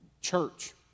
church